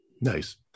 nice